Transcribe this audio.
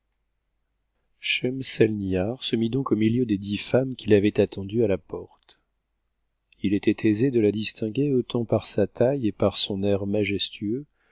schemselnihar se mit donc au milieu des dix femmes qui l'avaient attendue à la porte il était aisé de la distinguer autant par sa taille et par son air majestueux